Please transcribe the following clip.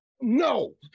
No